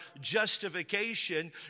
justification